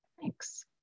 Thanks